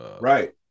right